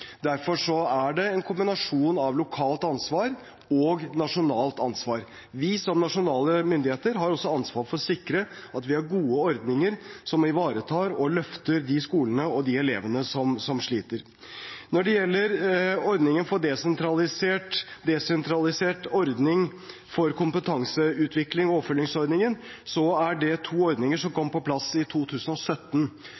Derfor er det en kombinasjon av lokalt og nasjonalt ansvar. Som nasjonale myndigheter har vi også ansvar for å sikre at vi har gode ordninger som ivaretar det å løfte de skolene og de elevene som sliter. Når det gjelder desentralisert ordning for kompetanseutvikling og oppfølgingsordningen, er det to ordninger som kom